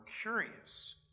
curious